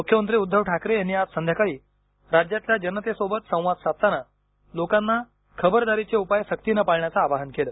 मुख्यमंत्री उद्धव ठाकरे यांनी आज संध्याकाळी राज्यातील जनतेसोबत संवाद साधताना लोकांना खबरदारीचे उपाय सक्तीने पाळण्याच आवाहन केल